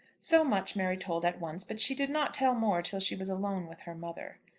so much mary told at once, but she did not tell more till she was alone with her mother.